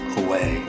away